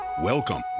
Welcome